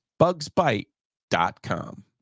bugsbite.com